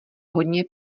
hodně